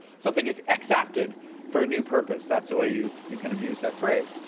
something is exapted for a new purpose. that's the way you you kind of use that phrase.